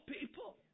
people